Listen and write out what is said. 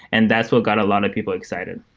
and that's what got a lot of people excited.